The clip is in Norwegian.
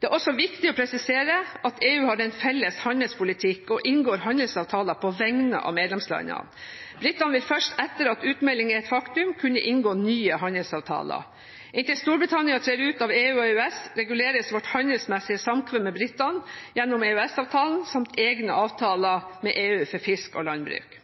Det er også viktig å presisere at EU har en felles handelspolitikk og inngår handelsavtaler på vegne av medlemslandene. Britene vil først etter at utmeldingen er et faktum, kunne inngå nye handelsavtaler. Inntil Storbritannia trer ut av EU og EØS, reguleres vårt handelsmessige samkvem med britene gjennom EØS-avtalen samt egne avtaler med EU for fisk og landbruk.